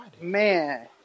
man